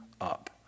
up